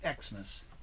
Xmas